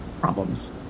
problems